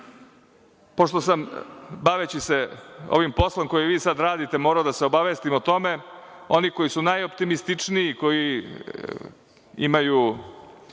Pošto sam baveći se ovim poslom koji vi sad radite morao da se obavestim o tome, oni koji su najoptimističniji, koji imaju,